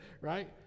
Right